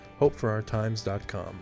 hopeforourtimes.com